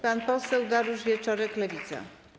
Pan poseł Dariusz Wieczorek, Lewica.